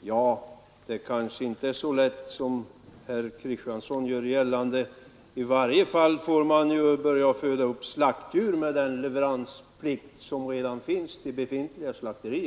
Ja, det kanske inte är så lätt som herr Kristiansson gör gällande. I varje fall får man börja föda upp slaktdjur själv, med den leveransplikt som finns till redan befintliga slakterier.